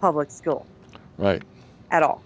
public school at all